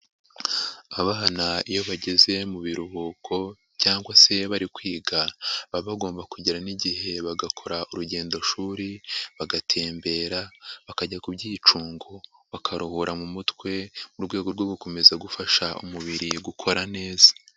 Abana iyo bageze mu biruhuko cyangwa se bari kwiga, baba bagomba kugera n'igihe bagakora urugendoshuri, bagatembera, bakajya ku byicungo, bakaruhura mu mutwe mu rwego rwo gukomeza gufasha umubiri gukora neza.